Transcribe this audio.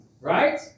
Right